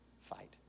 fight